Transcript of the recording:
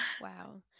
Wow